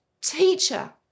Teacher